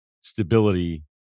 stability